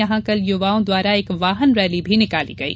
यहां कल युवाओं द्वारा एक वाहन रैली भी निकाली गयी